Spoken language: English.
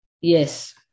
yes